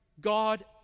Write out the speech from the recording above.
God